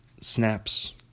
snaps